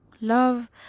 Love